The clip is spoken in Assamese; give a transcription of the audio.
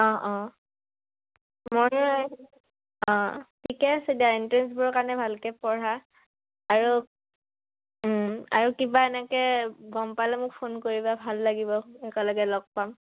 অঁ অঁ ময়ো অঁ ঠিকে আছে দিয়া এণ্ট্ৰেঞ্চবোৰৰ কাৰণে ভালকে পঢ়া আৰু আৰু কিবা এনেকে গম পালে মোক ফোন কৰিবা ভাল লাগিব একেলগে লগ পাম